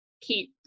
keep